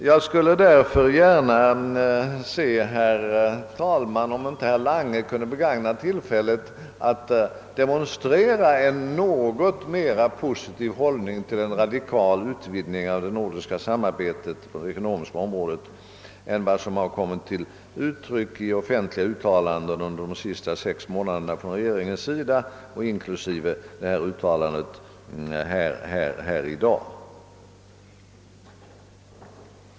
Jag vill fråga om inte herr Lange nu skulle vilja begagna tillfället att de Monstrera en något mer positiv håll Ning till en radikal utvidgning av det Nordiska samarbetet på det ekonomiska området än vad som har kommit till uttryck i offentliga uttalanden från regeringen under de senaste sex månaderna, inklusive det uttalande som gjorts i dag.